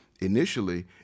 initially